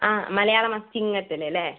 ആ മലയാള മാസം ചിങ്ങത്തിൽ അല്ലെ